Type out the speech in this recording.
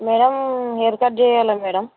madam hair cut చేయాలి madam